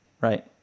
right